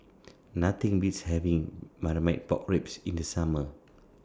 Nothing Beats having Marmite Pork Ribs in The Summer